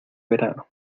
verano